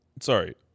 Sorry